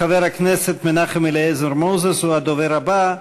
חבר הכנסת מנחם אליעזר מוזס הוא הדובר הבא.